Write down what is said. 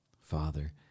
Father